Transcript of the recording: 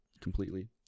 completely